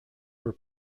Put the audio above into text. were